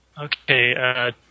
Okay